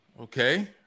Okay